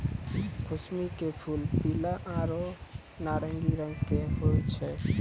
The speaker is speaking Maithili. कुसमी के फूल पीला आरो नारंगी रंग के होय छै